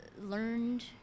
learned